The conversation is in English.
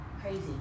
Crazy